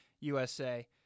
USA